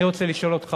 אני רוצה לשאול אותך,